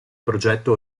progetto